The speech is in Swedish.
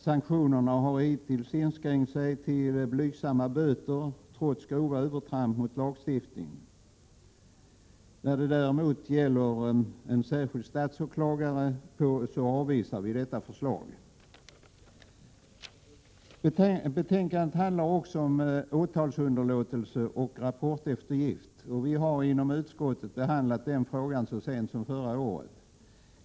Sanktionerna har hittills inskränkt sig till blygsamma böter, trots grova brott mot lagstiftningen. Förslaget om en särskild statsåklagare avvisar vi däremot. Betänkandet behandlar också åtalsunderlåtelse och rapporteftergift. Vi har inom utskottet behandlat den frågan så sent som förra året.